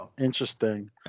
Interesting